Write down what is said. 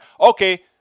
Okay